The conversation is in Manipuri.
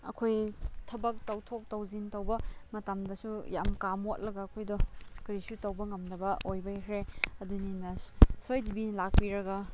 ꯑꯩꯈꯣꯏ ꯊꯕꯛ ꯇꯧꯊꯣꯛ ꯇꯧꯁꯤꯟ ꯇꯧꯕ ꯃꯇꯝꯗꯁꯨ ꯌꯥꯝ ꯀꯥ ꯃꯣꯠꯂꯒ ꯑꯩꯈꯣꯏꯗꯣ ꯀꯔꯤꯁꯨ ꯇꯧꯕ ꯉꯝꯗꯕ ꯑꯣꯏꯕꯤꯈ꯭ꯔꯦ ꯑꯗꯨꯅꯤꯅ ꯁꯣꯏꯗꯕꯤꯗ ꯂꯥꯛꯄꯤꯔꯒ